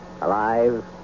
alive